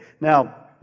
Now